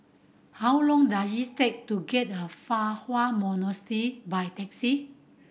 how long does take to get the Fa Hua Monastery by taxi